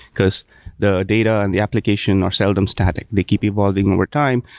because the data and the application are seldom static. they keep evolving overtime.